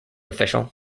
official